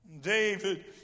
David